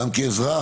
גם כאזרח,